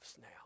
now